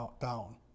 down